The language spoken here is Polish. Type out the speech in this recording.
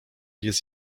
jest